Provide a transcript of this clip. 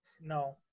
no